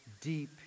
deep